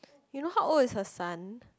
you know how old is her son